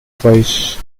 twice